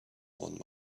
one